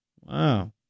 Wow